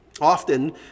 Often